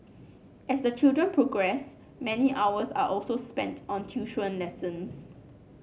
as the children progress many hours are also spent on tuition lessons